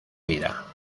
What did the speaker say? vida